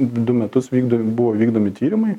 du metus vykdomi buvo vykdomi tyrimai